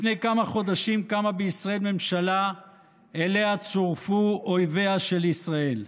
לפני כמה חודשים קמה בישראל ממשלה שאליה צורפו אויביה של ישראל,